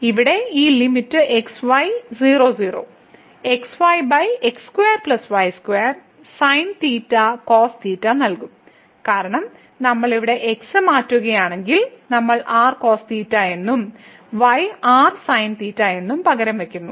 ഇവിടെ ഈ limit x y 00 xy x2 y2 sinθ cosθ നൽകും കാരണം നമ്മൾ ഇവിടെ x മാറ്റുകയാണെങ്കിൽ നമ്മൾ r cosθ എന്നും y r sinθ എന്നും പകരം വയ്ക്കുന്നു